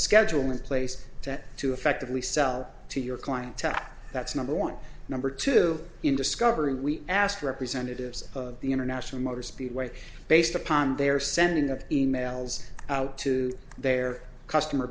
schedule in place to effectively sell to your clientele that's number one number two in discovery we asked representatives of the international motor speedway based upon their sending of emails out to their customer